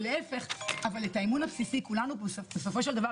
ולהפך אבל את האמון הבסיסי כולנו בסופו של דבר,